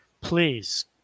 please